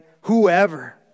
whoever